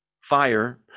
fire